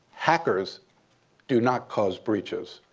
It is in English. hackers do not cause breaches.